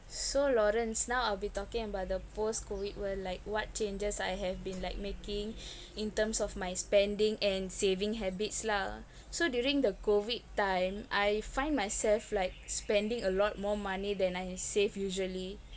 so lawrence now I'll be talking about the post COVID world like what changes I have been like making in terms of my spending and saving habits lah so during the COVID time I find myself like spending a lot more money than I save usually